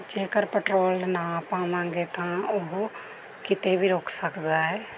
ਜੇਕਰ ਪਟਰੋਲ ਨਾ ਪਾਵਾਂਗੇ ਤਾਂ ਉਹ ਕਿਤੇ ਵੀ ਰੁੱਕ ਸਕਦਾ ਹੈ